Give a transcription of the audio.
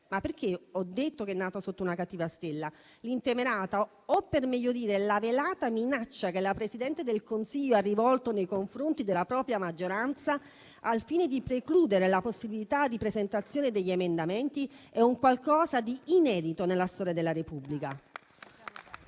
Ma perché ho detto che è nata sotto una cattiva stella? L'intemerata o, per meglio dire, la velata minaccia che la Presidente del Consiglio ha rivolto nei confronti della propria maggioranza al fine di precludere la possibilità di presentazione degli emendamenti, è qualcosa di inedito nella storia della Repubblica.